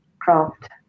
craft